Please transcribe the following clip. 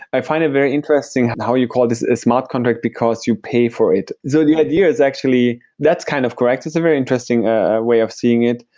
i find it very interesting how you call this is a smart contract, because you pay for it. so the idea is actually that's kind of correct. it's a very interesting way of seeing it.